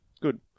Good